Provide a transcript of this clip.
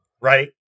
right